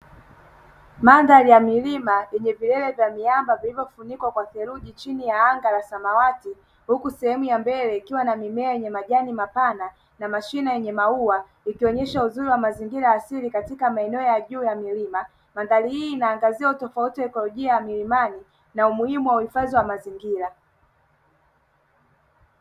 Mandhari ya milima yenye vilele vya miamba viliyofunikwa kwa theruji chini ya anga la samawati huku sehemu ya mbele ikiwa na mimea yenye majani mapana na mashine yenye maua, ikionyesha uzuri wa mazingira asili katika maeneo ya juu ya milima. Mandhari hii inaangazia utofauti wa ikolojia ya milimani na umuhimu wa uhifadhi wa mazingira.